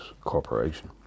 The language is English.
Corporation